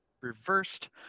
reversed